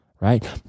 Right